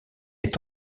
est